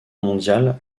mondiale